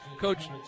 Coach